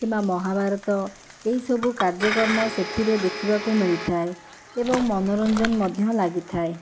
କିମ୍ବା ମହାଭାରତ ଏହି ସବୁ କାର୍ଯ୍ୟକ୍ରମ ସେଥିରେ ଦେଖିବାକୁ ମିଳିଥାଏ ଏବଂ ମନୋରଞ୍ଜନ ମଧ୍ୟ ଲାଗିଥାଏ